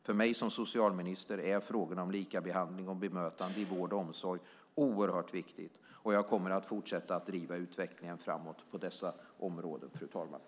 För mig som socialminister är frågorna om likabehandling och bemötande i vård och omsorg oerhört viktiga, och jag kommer att fortsätta att driva utvecklingen framåt på dessa områden, fru talman.